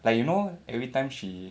like you know every time she